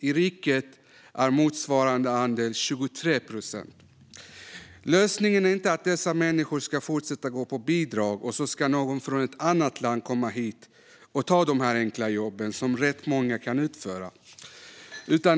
I riket är motsvarande andel 23 procent. Lösningen är inte att dessa människor fortsätter att gå på bidrag och att människor från andra länder kommer hit och tar dessa enkla jobb, som rätt många kan utföra.